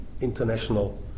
international